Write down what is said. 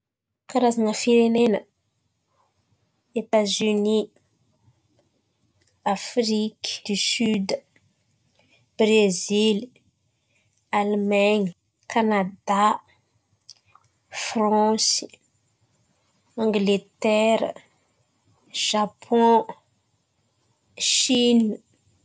Karazana firenena: Etazonia, Afriky di Siody, Brezily, Almain̈y, Kanada, Fransy, Angletera, Zapôn, Siny.